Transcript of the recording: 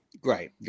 Great